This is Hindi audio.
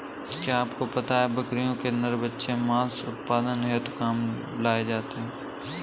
क्या आपको पता है बकरियों के नर बच्चे मांस उत्पादन हेतु काम में लाए जाते है?